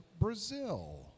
Brazil